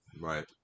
right